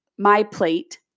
MyPlate